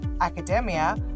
academia